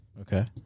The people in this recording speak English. okay